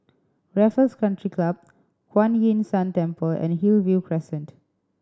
Raffles Country Club Kuan Yin San Temple and Hillview Crescent